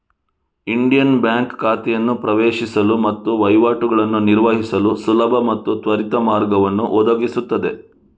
Indian Bank ಖಾತೆಯನ್ನು ಪ್ರವೇಶಿಸಲು ಮತ್ತು ವಹಿವಾಟುಗಳನ್ನು ನಿರ್ವಹಿಸಲು ಸುಲಭ ಮತ್ತು ತ್ವರಿತ ಮಾರ್ಗವನ್ನು ಒದಗಿಸುತ್ತದೆ